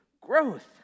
growth